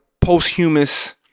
posthumous